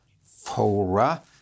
fora